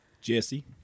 Jesse